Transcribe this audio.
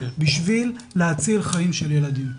בשביל להציל חיים של ילדים.